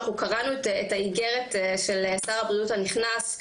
אנחנו קראנו את האגרת של שר הבריאות הנכנס,